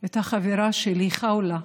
גם החברה שלי חוולה,